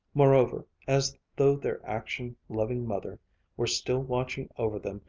moreover, as though their action-loving mother were still watching over them,